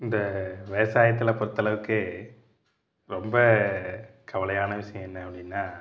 இந்த விவசாயத்தில் பொருத்தளவுக்கு ரொம்ப கவலையான விஷயோ என்ன அப்படினா